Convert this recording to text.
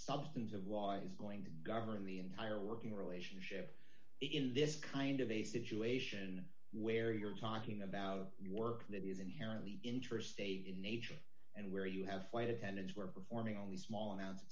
substance of why is going to govern the entire working relationship in this kind of a situation where you're talking about work that is inherently intrastate in nature and where you have flight attendants were performing only small amounts of